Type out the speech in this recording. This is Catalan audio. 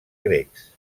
grecs